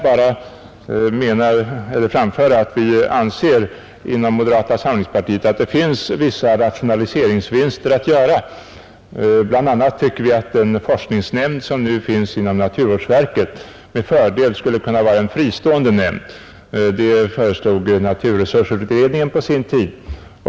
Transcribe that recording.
Jag vill bara framföra att vi inom moderata samlingspartiet anser att det finns vissa rationaliseringsvinster att göra. Bl.a. tycker vi att den forskningsnämnd, som nu finns inom naturvårdsverket, med fördel skulle kunna vara en fristående nämnd. Det föreslog naturresursutredningen på sin tid.